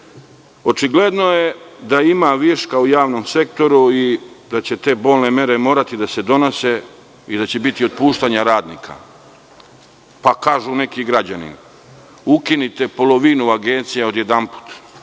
Beograd. Očigledno je da ima viška u javnom sektoru i da će te bolne mere morati da se donose i da će biti otpuštanja radnika. Neki građani kažu – ukinite polovinu agencija odjedanput.